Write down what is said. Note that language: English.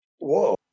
Whoa